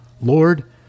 Lord